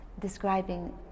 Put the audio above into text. describing